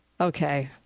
Okay